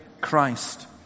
Christ